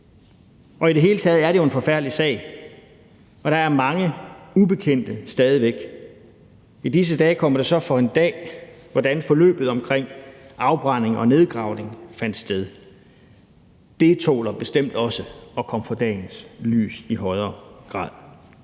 I det hele taget er det jo en forfærdelig sag, og der er mange ubekendte stadig væk. I disse dage kommer det så for en dag, hvordan forløbet omkring afbrænding og nedgravning fandt sted. Det tåler bestemt også at komme frem i lyset i højere grad.